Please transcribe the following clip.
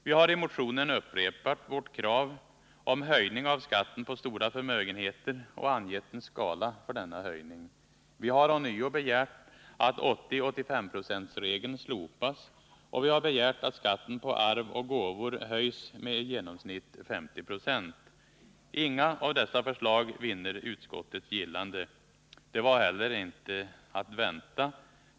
Vi har i motionen upprepat vårt krav på höjning av skatten på stora förmögenheter och angett en skala för denna höjning. Vi har ånyo begärt att 80/85-procentsregeln slopas, och vi har begärt att skatten på arv och gåvor höjs med i genomsnitt 50 20. Inga av dessa förslag vinner utskottets gillande. Det var inte heller att vänta.